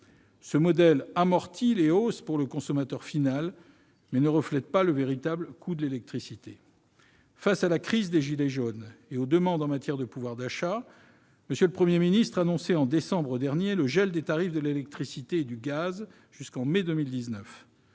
Ce modèle amortit les hausses pour le consommateur final, mais ne reflète pas le véritable coût de l'électricité. Face à la crise des « gilets jaunes » et aux demandes en matière de pouvoir d'achat, M. le Premier ministre annonçait, en décembre 2018, le gel des tarifs de l'électricité et du gaz jusqu'en mai 2019.